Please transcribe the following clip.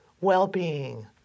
well-being